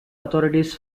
authorities